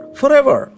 forever